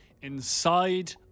inside